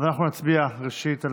אז אנחנו נצביע על